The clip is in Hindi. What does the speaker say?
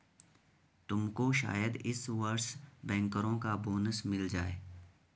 तुमको शायद इस वर्ष बैंकरों का बोनस मिल जाए